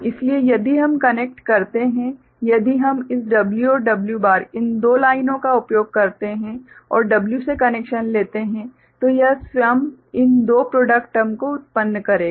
इसलिए यदि हम कनेक्ट करते हैं यदि हम इस W और W बारबार इन दो लाइनों का उपयोग करते हैं और W से कनेक्शन लेते हैं तो यह स्वयं इन दो प्रॉडक्ट टर्म को उत्पन्न करेगा